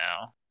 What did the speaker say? now